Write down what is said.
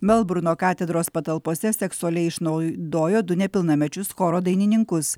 melburno katedros patalpose seksualiai išnaudojo du nepilnamečius choro dainininkus